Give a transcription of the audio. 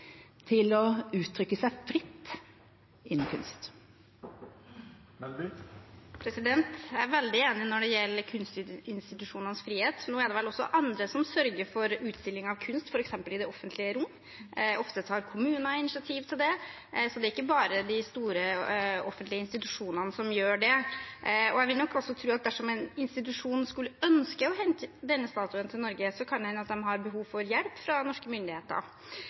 til å uttrykke seg fritt innenfor kunst. Jeg er veldig enig når det gjelder kunstinstitusjonenes frihet. Nå er det vel også andre som sørger for utstilling av kunst, f.eks. i det offentlige rom. Ofte tar kommuner initiativ til det, det er ikke bare de store offentlige institusjonene som gjør det. Jeg vil nok også tro at dersom en institusjon skulle ønske å hente denne statuen til Norge, kan det hende at de har behov for hjelp fra norske myndigheter.